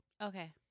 Okay